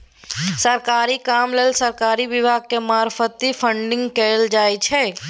सरकारी काम लेल सरकारी विभाग के मार्फत फंडिंग कएल जाइ छै